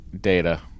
data